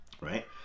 right